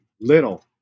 little